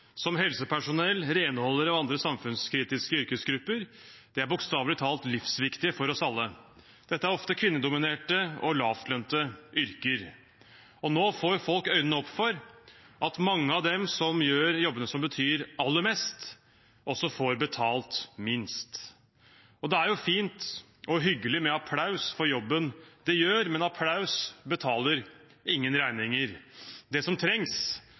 som helsepersonell, renholdere og andre samfunnskritiske yrkesgrupper, er bokstavelig talt livsviktige for oss alle. Dette er ofte kvinnedominerte og lavtlønnede yrker. Nå får folk øynene opp for at mange av dem som gjør jobbene som betyr aller mest, også får betalt minst. Det er jo fint og hyggelig med applaus for jobben man gjør, men applaus betaler ingen regninger. Det som trengs,